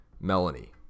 Melanie